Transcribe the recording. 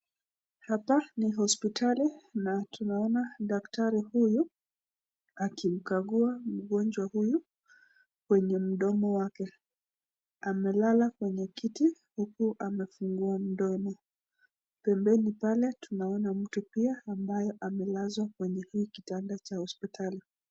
Hapa ni hosiptali na tunaona daktari huyu akimkagua mgonjwa huyu kwenye mdomo wake, amelala kwenye kiti huku amefungua mdomo, pembeni pale tunaona mtu pia ambaye amelazwa kwenye hii kitanda ya hosiptali.